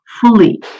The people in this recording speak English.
fully